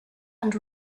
and